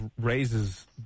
raises